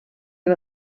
den